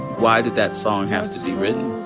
why did that song have to be written?